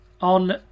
on